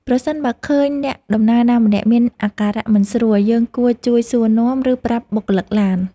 ប្រសិនបើឃើញអ្នកដំណើរណាម្នាក់មានអាការៈមិនស្រួល យើងគួរជួយសួរនាំ ឬប្រាប់បុគ្គលិកឡាន។